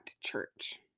church